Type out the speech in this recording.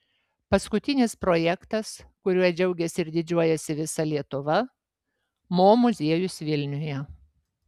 paskutinis projektas kuriuo džiaugiasi ir didžiuojasi visa lietuva mo muziejus vilniuje